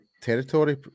territory